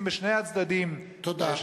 נתיבים,